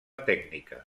tècnica